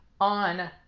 on